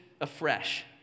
afresh